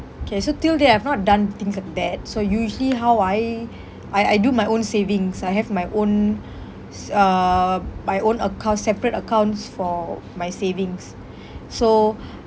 K so till date I've not done things like that so usually how I I I do my own savings I have my own s~ uh my own account separate accounts for my savings so